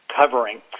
covering